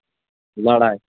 لَڑاے